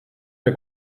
der